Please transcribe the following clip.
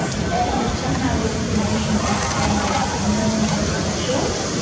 and somehow this information became known to the court,